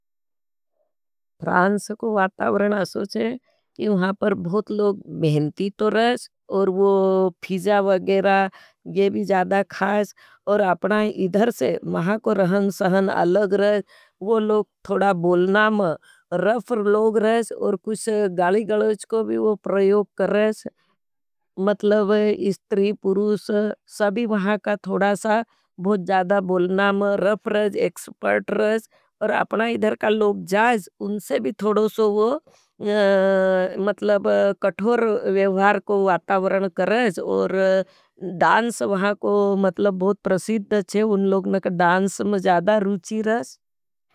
प्रांस को वातावरन अच्छो है कि वहाँ पर बहुत लोग मेहन्ती तो रह और वो फीजा वगेरा ये भी ज़्यादा खाज। और अपना इधर से वहाँ को रहन सहन अलग रहेज। वो लोग थोड़ा बोलना मा रफ़ लोग रहेज़। कुछ गाली गलौज को भी वो प्रयोग करज। मतलब इस्त्री पुरुष सभी वहाँ का थोड़ा सा बहुत ज़्यादा बोलना मा रफ़ रहेज़ एक्सपर्ट रहेज़। पर अपना इधर का लोग जायेज। उनसे भी थोड़ो सो वो मतलब कठोर व्यवहार को वातावरण करेज। और सी वहाँ को मतलब बहुत ओरशिध छे। उन लोग का डांस मा ज़्यादा रुचि रहेज।